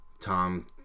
Tom